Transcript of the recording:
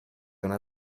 una